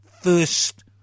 first